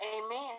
Amen